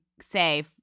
say